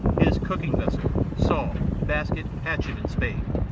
his cooking-vessel, saw, basket, hatchet, and spade.